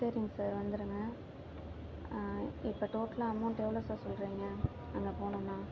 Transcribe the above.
சரிங்க சார் வந்துருங்க இப்போ டோட்டலாக அமௌன்ட் எவ்வளோ சார் சொல்கிறிங்க அங்கே போணுனால்